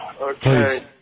Okay